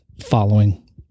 following